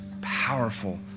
powerful